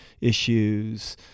issues